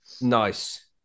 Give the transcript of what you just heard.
nice